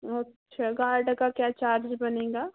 अच्छा गार्ड का क्या चार्ज बनेगा